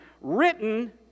written